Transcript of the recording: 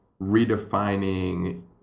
redefining